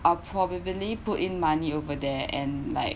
I probably put in money over there and like